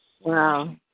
Wow